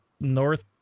North